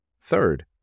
Third